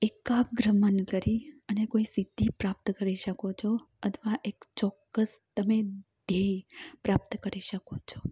એકાગ્ર મન કરી અને કોઈ સિદ્ધિ પ્રાપ્ત કરી શકો છો અથવા એક ચોક્કસ તમે ધ્યેય પ્રાપ્ત કરી શકો છો